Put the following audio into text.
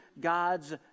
god's